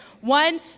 One